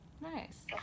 nice